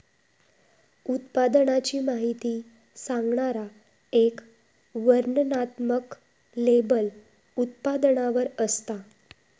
उत्पादनाची माहिती सांगणारा एक वर्णनात्मक लेबल उत्पादनावर असता